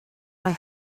rhoi